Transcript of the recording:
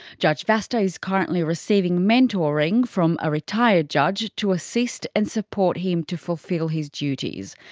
judge vasta is currently receiving mentoring from a retired judge to assist and support him to fulfil his duties.